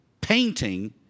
painting